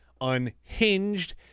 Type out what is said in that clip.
unhinged